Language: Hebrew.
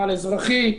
מינהל אזרחי,